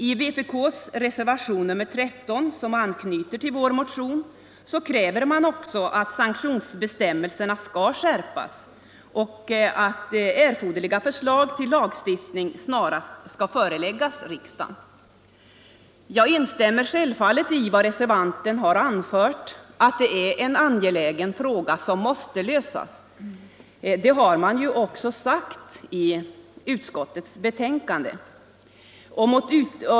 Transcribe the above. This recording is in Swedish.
I vpk:s reservation nr 13 som anknyter till vår motion, krävs också att sanktionsbestämmelserna skall skärpas och att erforderliga förslag till lagstiftning snarast skall föreläggas riksdagen. Jag instämmer självfallet i vad reservanten har anfört — att det är en angelägen fråga som måste lösas. Det har man ju också sagt i utskottets betänkande.